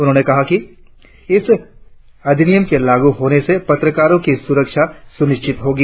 उन्होंने कहा है कि अधिनियम लागु होने से पत्रकारों की सुरक्षा सुनिश्चित होगी